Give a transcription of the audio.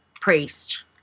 priest